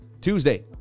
Tuesday